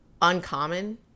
uncommon